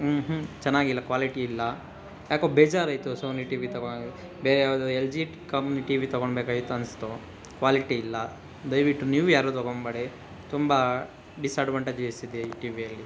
ಹ್ಞು ಹ್ಞು ಚನ್ನಾಗಿಲ್ಲ ಕ್ವಾಲಿಟಿ ಇಲ್ಲ ಯಾಕೋ ಬೇಜಾರಾಯ್ತು ಸೋನಿ ಟಿ ವಿ ತಗೊಂಡು ಬೇರೆ ಯಾವುದಾದ್ರು LG company TV ತಗೊಂಡ್ಬೇಕಾಗಿತ್ತು ಅನಿಸ್ತು ಕ್ವಾಲಿಟಿ ಇಲ್ಲ ದಯವಿಟ್ಟು ನೀವು ಯಾರು ತಗೊಂಬೇಡಿ ತುಂಬ ಡಿಸ್ಅಡ್ವಂಟೇಜಸಿದೆ ಈ ಟಿ ವಿಯಲ್ಲಿ